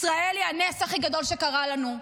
ישראל היא הנס הכי גדול שקרה לנו,